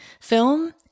film